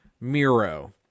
Miro